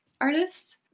artists